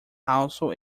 also